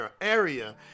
area